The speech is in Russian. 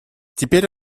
теперь